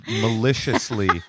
maliciously